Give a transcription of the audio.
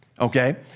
Okay